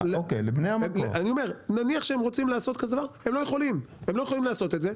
הם לא יכולים לעשות את זה.